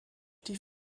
die